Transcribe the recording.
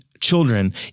children